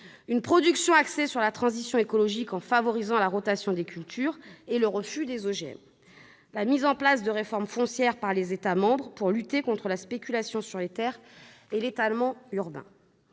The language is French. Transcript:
une production axée sur la transition écologique, en favorisant la rotation des cultures et en refusant les OGM ; la mise en place des réformes foncières par les États membres pour lutter contre la spéculation sur les terres et l'étalement urbain